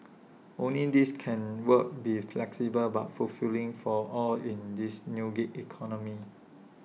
only this can work be flexible but fulfilling for all in this new gig economy